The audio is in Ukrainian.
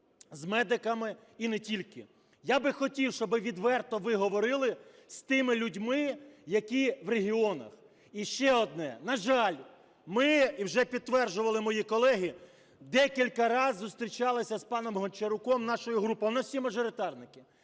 з медиками і не тільки. Я би хотів, щоби відверто ви говорили з тими людьми, які в регіонах. І ще одне. На жаль, ми, і вже підтверджували мої колеги, декілька раз зустрічалися з паном Гончаруком нашою групою, а у нас всі мажоритарники.